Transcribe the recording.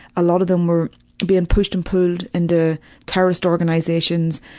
a lot of them were being pushed and pulled into terrorist organizations,